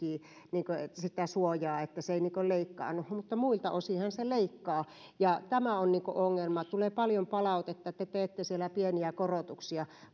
suojaa että se ei leikkaannu mutta muilta osinhan se leikkaa ja tämä on ongelma tulee paljon palautetta että te teette siellä pieniä korotuksia